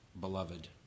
beloved